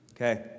Okay